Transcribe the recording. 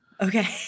Okay